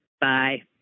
Bye